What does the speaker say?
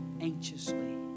anxiously